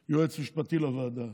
זה יועץ משפטי לוועדה,